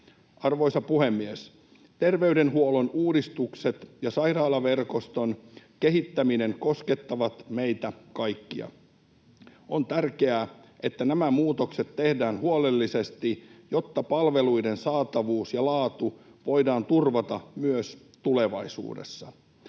Arvoisa puhemies! Terveydenhuollon uudistukset ja sairaalaverkoston kehittäminen koskettavat meitä kaikkia. On tärkeää, että nämä muutokset tehdään huolellisesti, jotta palveluiden saatavuus ja laatu voidaan turvata myös tulevaisuudessa.